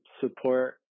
support